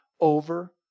over